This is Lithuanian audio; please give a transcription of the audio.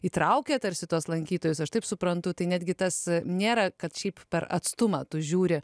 įtraukia tarsi tuos lankytojus aš taip suprantu tai netgi tas nėra kad šiaip per atstumą tu žiūri